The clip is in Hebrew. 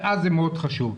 שאז זה מאוד חשוב.